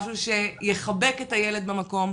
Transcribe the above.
משהו שיחבק את הילד במקום,